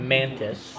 Mantis